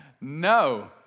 No